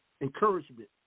encouragement